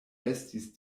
estis